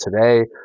today